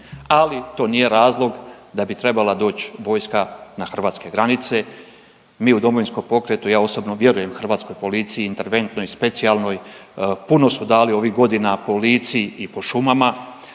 ali to nije razlog da bi trebala doć vojska na hrvatske granice. Mi u Domovinskom pokretu, ja osobno vjerujem hrvatskoj policiji, interventnoj, specijalnoj, puno su dali ovih godina policiji i po šumama.